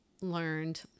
learned